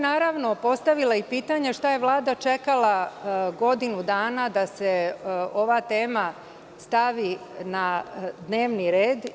Naravno, postavila bih i pitanje – šta je Vlada čekala godinu dana da se ova tema stavi na dnevni red?